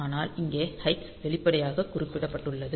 ஆனால் இங்கே h வெளிப்படையாக குறிப்பிடப்பட்டுள்ளது